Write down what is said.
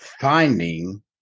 finding